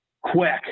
quick